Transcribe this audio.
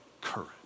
courage